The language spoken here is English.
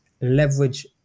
leverage